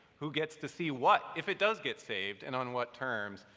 who gets to see what, if it does get saved, and on what terms,